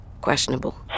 questionable